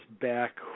back